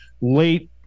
late